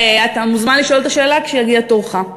אתה מוזמן לשאול את השאלה כשיגיע תורך.